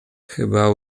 chyba